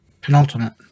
Penultimate